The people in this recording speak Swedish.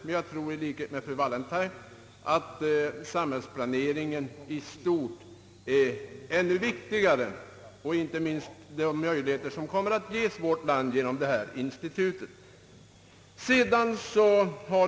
Men jag tror i likhet med fru Wallentheim att samhällsplaneringen i stort är ännu viktigare, inte minst genom de möjligheter som kommer att ges vårt land genom detta institut.